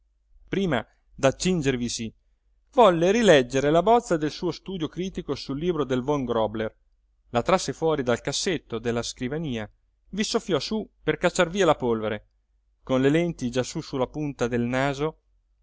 polemica prima d'accingervisi volle rileggere la bozza del suo studio critico sul libro del von grobler la trasse fuori dal cassetto della scrivania vi soffiò su per cacciar via la polvere con le lenti già su la punta del naso